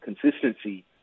consistency